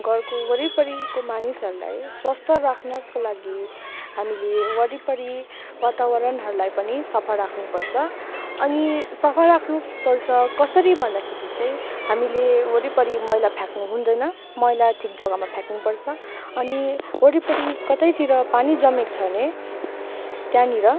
घरको वरिपरिको मानिसहरूलाई स्वस्थ्य राख्नको लागि हामीले वरिपरि वातावरणहरूलाई पनि सफा राख्नुपर्छ अनि सफा राख्नुपर्छ कसरी भन्दाखेरि चाहिँ हामीले वरिपरि मैला फ्याँक्नु हुँदैन मैला ठिक जग्गामा फ्याँक्नु पर्छ अनि वरिपरि कतैतिर पानी जमेको छ भने त्यहाँनिर